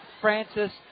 Francis